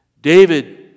David